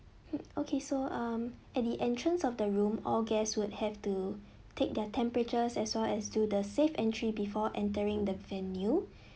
mm okay so um at the entrance of the room all guests will have to take their temperatures as well as do the safe entry before entering the venue